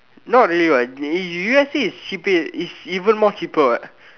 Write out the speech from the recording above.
not really what U_S_A is cheaper is even more cheaper what